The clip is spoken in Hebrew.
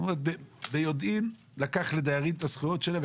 הוא ביודעין לקח לדיירים את הזכויות שלהם,